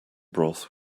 broth